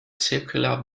circular